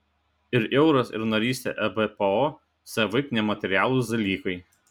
ir euras ir narystė ebpo savaip nematerialūs dalykai